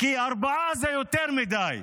כי ארבעה נרצחים זה יותר מדי.